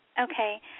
Okay